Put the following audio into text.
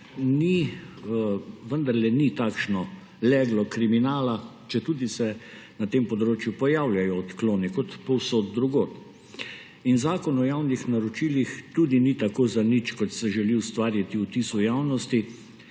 vendarle ni takšno leglo kriminala, četudi se na tem področju pojavljajo odkloni kot povsod drugod. Zakon o javnih naročilih tudi ni tako zanič, kot se želi ustvariti vtis v javnosti,